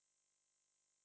!wah!